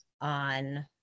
on